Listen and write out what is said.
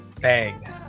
Bang